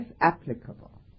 applicable